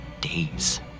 days